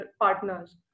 partners